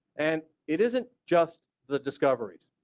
and it isn't just the discovery.